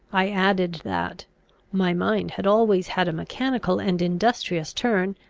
i added, that my mind had always had a mechanical and industrious turn,